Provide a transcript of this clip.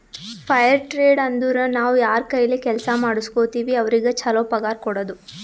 fire trade ಅಂದುರ್ ನಾವ್ ಯಾರ್ ಕೈಲೆ ಕೆಲ್ಸಾ ಮಾಡುಸ್ಗೋತಿವ್ ಅವ್ರಿಗ ಛಲೋ ಪಗಾರ್ ಕೊಡೋದು